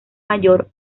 mayor